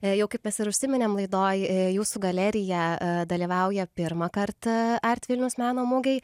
ėjau kaip mes ir užsiminėme laidoje jūsų galerija dalyvauja pirmą kartą art vilnius meno mugėje